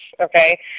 okay